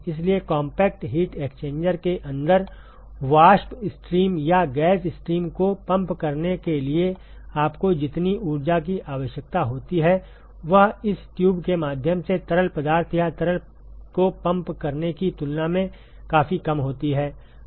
इसलिए compact heat exchanger के अंदर वाष्प स्ट्रीम या गैस स्ट्रीम को पंप करने के लिए आपको जितनी ऊर्जा की आवश्यकता होती है वह इस ट्यूब के माध्यम से तरल पदार्थ या तरल को पंप करने की तुलना में काफी कम होती है